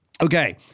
Okay